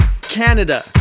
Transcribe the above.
Canada